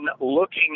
looking